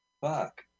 Fuck